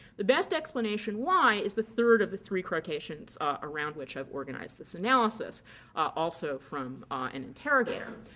the best explanation why is the third of the three quotations around which i have organized this analysis also from an interrogator.